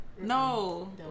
No